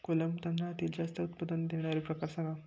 कोलम तांदळातील जास्त उत्पादन देणारे प्रकार सांगा